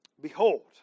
Behold